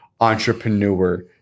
entrepreneur